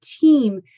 team